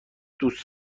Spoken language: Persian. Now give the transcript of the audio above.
دوست